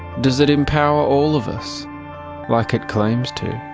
does it empower all of us like it claims to?